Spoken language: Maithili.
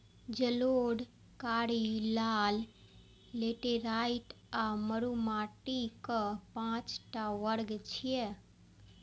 जलोढ़, कारी, लाल, लेटेराइट आ मरु माटिक पांच टा वर्ग छियै